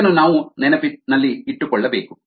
ಇದನ್ನು ನಾವು ನೆನಪಿನಲ್ಲಿಟ್ಟುಕೊಳ್ಳಬೇಕು